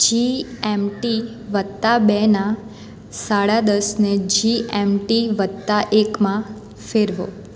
જી M T વત્તા બેના સાડા દસને જી એમ ટી વત્તા એકમાં ફેરવો